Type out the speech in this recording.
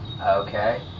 Okay